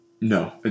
No